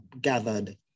gathered